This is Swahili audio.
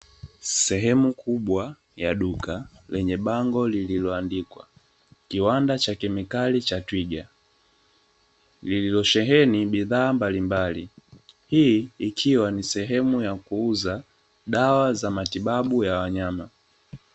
Sehemu kubwa ya duka lenye bango lililoandikwa "Kiwanda cha kemikali cha twiga", lililosheheni bidhaa mbalimbali. Hii ikiwa ni sehemu ya kuuza dawa za matibabu ya wanyama.